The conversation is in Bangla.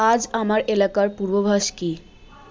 আজ আমার এলাকার পূর্বাভাষ কী